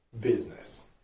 business